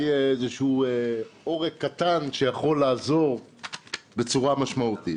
איזשהו עורק קטן שיכול לעזור בצורה משמעותית.